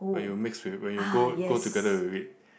when you mix with when you go go together with it